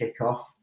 kickoff